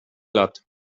lat